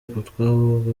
utwabo